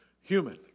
human